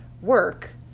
work